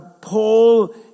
Paul